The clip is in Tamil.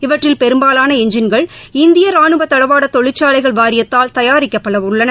இவற்றில் பெரும்பாலான எஞ்ஜின்கள் இந்திய ராணுவ தடவாட தொழிற்சாலைகள் வாரியத்தால் தயாரிக்கப்பட உள்ளன